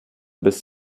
bis